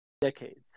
decades